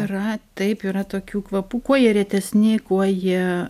yra taip yra tokių kvapų kuo jie retesni kuo jie